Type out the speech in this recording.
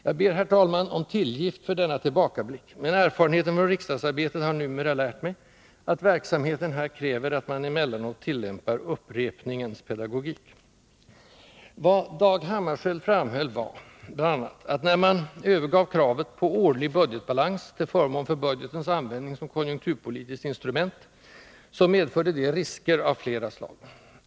Jag ber, herr talman, om tillgift för denna tillbakablick, men erfarenheten av riksdagsarbetet har numera lärt mig att verksamheten här kräver att man emellanåt tillämpar upprepningens pedagogik. Vad Dag Hammarskjöld framhöll var bl.a. att när man övergav kravet på årlig budgetbalans till förmån för budgetens användning som konjunkturpolitiskt instrument, så medförde detta risker av flera slag.